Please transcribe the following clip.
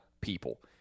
people